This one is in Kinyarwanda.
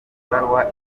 ibaruwa